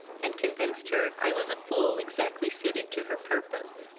and convinced her i was a fool exactly suited to her purpose.